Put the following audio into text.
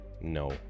No